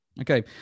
Okay